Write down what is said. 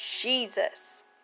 Jesus